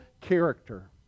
character